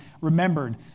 remembered